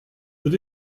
that